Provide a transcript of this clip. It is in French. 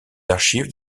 archives